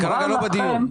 זה כרגע לא בדיון.